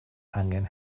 angen